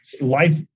Life